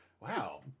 Wow